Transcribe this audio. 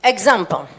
example